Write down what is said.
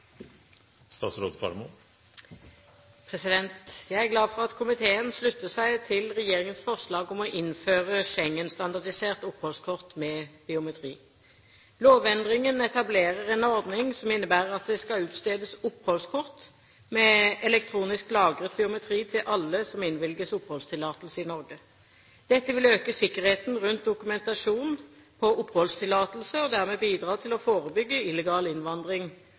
glad for at komiteen slutter seg til regjeringens forslag om å innføre Schengen-standardisert oppholdskort med biometri. Lovendringen etablerer en ordning som innebærer at det skal utstedes oppholdskort med elektronisk lagret biometri til alle som innvilges oppholdstillatelse i Norge. Dette vil øke sikkerheten rundt dokumentasjon på oppholdstillatelse, og dermed bidra til å forebygge illegal innvandring